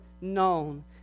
known